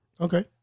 Okay